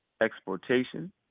exportation